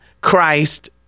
Christ